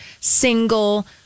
single